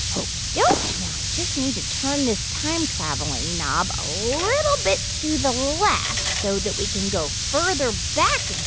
okey-doke. now i just need to turn this time-traveling knob a little bit to the left so that we can go further back